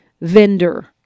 vendor